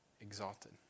exalted